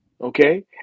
okay